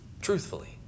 Truthfully